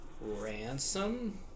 Ransom